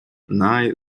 най